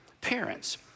parents